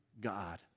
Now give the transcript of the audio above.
God